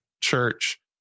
church